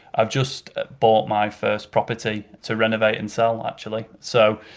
i've just bought my first property to renovate and sale actually. so,